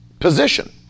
position